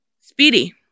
Speedy